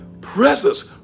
presence